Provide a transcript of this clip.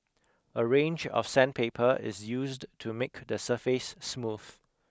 a range of sandpaper is used to make the surface smooth